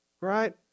right